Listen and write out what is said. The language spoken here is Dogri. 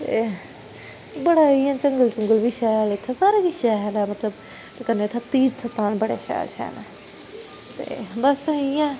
एह् बड़ा इ'यां जंगल जूंगल बी शैल इ'त्थें सारा किश शैल ऐ इ'त्थें कन्नै इ'त्थें तीरथ स्थान बडे़ शैल शैल ऐ ते बस इ'यै